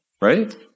Right